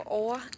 over